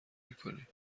میکنیم